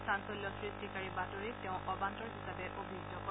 চাঞ্চল্য সৃষ্টিকাৰী বাতৰিক তেওঁ অবান্তৰ হিচাপে অভিহিত কৰে